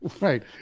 Right